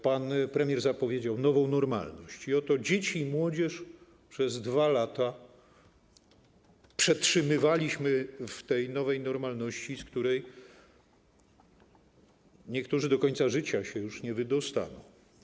Pan premier zapowiedział nową normalność i oto dzieci i młodzież przez 2 lata przetrzymywaliśmy w tej nowej normalności, z której niektórzy do końca życia już się nie wydostaną.